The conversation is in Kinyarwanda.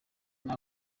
nabi